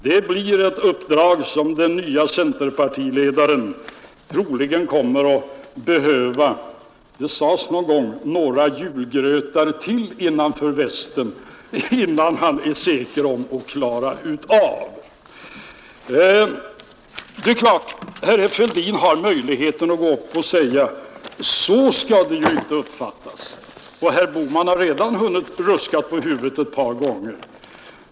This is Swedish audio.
Det blir ett uppdrag som den nye centerpartiledaren troligen kommer att behöva — det sades någon gång — några julgrötar till innanför västen innan han blir säker på att klara utav. Det är klart att herr Fälldin har möjligheten att gå upp och säga: Så skall det ju inte uppfattas. Herr Bohman har redan hunnit ruska på huvudet ett par gånger.